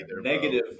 Negative